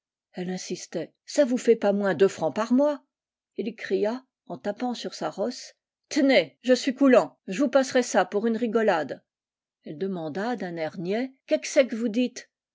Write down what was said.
elle insistait ça vous fait pas moins deux francs par mois ii cria en tapant sur sa rosse t'nez j'suis coulant j'vous passerai ça pour une rigolade elle demanda d'un air niais q ué que c'est que vous dites